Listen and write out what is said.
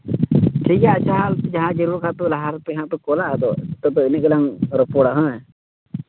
ᱴᱷᱤᱠ ᱜᱮᱭᱟ ᱟᱪᱪᱷᱟ ᱡᱟᱸᱦᱟᱭ ᱡᱟᱹᱨᱩᱲ ᱠᱷᱟᱡ ᱯᱮ ᱞᱟᱦᱟ ᱨᱮᱯᱮ ᱦᱟᱸᱜ ᱯᱮ ᱠᱚᱞᱟ ᱟᱫᱚ ᱱᱤᱛᱚᱜ ᱫᱚ ᱤᱱᱟᱹᱜ ᱜᱮᱞᱟᱝ ᱨᱚᱯᱚᱲᱟ ᱦᱮᱸ